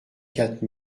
quatre